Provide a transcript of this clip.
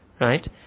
right